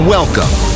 Welcome